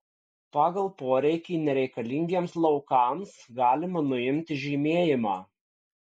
pagal poreikį nereikalingiems laukams galima nuimti žymėjimą